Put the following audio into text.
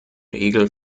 regel